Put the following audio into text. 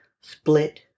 split